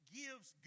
gives